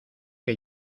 que